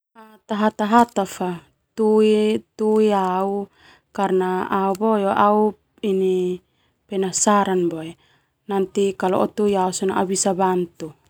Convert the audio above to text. Tahata hata fa karna au boe au penasaran boe nanti tui sona au bantu.